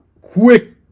Quick